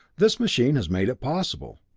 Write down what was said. this machine has made it possible.